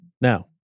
Now